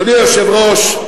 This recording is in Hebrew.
אדוני היושב-ראש,